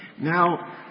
Now